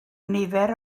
nifer